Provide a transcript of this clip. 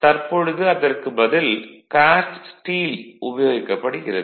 தற்பொழுது அதற்குப் பதில் காஸ்ட் ஸ்டீல் உபயோகிக்கப்படுகிறது